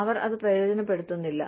അവർ അത് പ്രയോജനപ്പെടുത്തുന്നില്ല